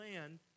land